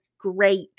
great